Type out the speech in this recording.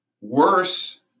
worse